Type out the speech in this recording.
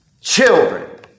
Children